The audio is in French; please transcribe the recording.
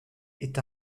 est